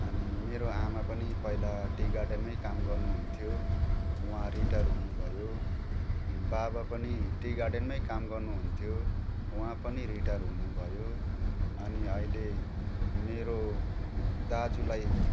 अनि मेरो आमा पनि पहिला टी गार्डनमै काम गर्नुहुन्थ्यो उहाँ रिटायर हुनुभयो अनि बाबा पनि टी गार्डनमै काम गर्नुहुन्थ्यो उहाँ पनि रिटायर हुनुभयो अनि अहिले मेरो दाजुलाई